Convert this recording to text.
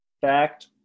fact